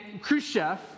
Khrushchev